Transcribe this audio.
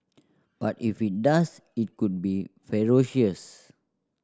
but if it does it could be ferocious